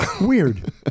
Weird